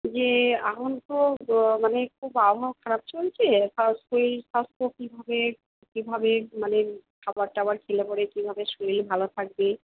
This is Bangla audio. যে এখন তো মানে খুব আবহাওয়া খারাপ চলছে শরীর স্বাস্থ্য কীভাবে কীভাবে মানে খাবার টাবার খেলে পরে কীভাবে শরীল ভালো থাকবে